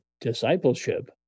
discipleship